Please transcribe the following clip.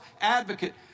advocate